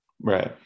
Right